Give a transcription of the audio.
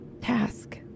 task